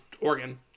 Oregon